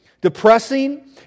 depressing